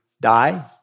die